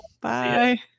Bye